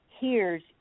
hears